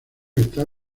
está